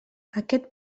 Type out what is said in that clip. aquest